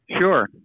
Sure